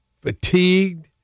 fatigued